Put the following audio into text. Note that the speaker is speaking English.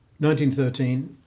1913